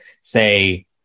say